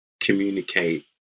communicate